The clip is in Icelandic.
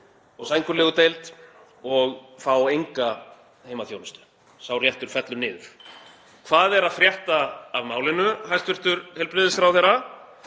og sængurlegudeild og fá enga heimaþjónustu. Sá réttur fellur niður. Hvað er að frétta af málinu, hæstv. heilbrigðisráðherra?